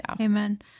Amen